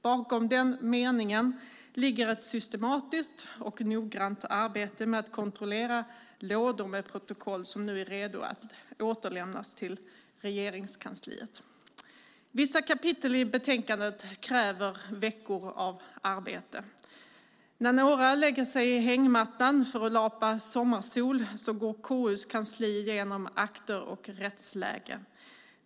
Bakom den meningen ligger ett systematiskt och noggrant arbete med att kontrollera lådor med protokoll som nu är redo för återlämnande till Regeringskansliet. Vissa kapitel i betänkandet kräver veckor av arbete. När några lägger sig i hängmattan för att lapa sommarsol går KU:s kansli igenom akter och rättsläge.